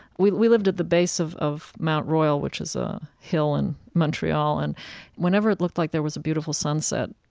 we we lived at the base of of mount royal, which is a hill in montreal, and whenever it looked like there was a beautiful sunset,